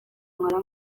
nkora